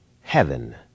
Heaven